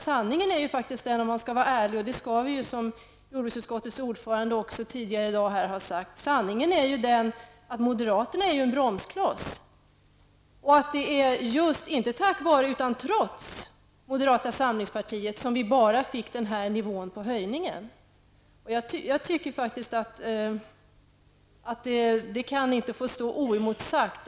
Om man skall vara ärlig, och det sade också jordbruksutskottets ordförande tidigare i dag att man skall vara, så är sanningen den att moderaterna utgör en bromsklots. Det är inte tack vare utan på grund av moderata samlingspartiets agerande som vi bara fick den här nivån på höjningen. Detta Ingvar Erikssons påstående kan inte få stå oemotsagt.